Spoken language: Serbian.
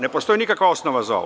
Ne postoji nikakva osnova za ovo.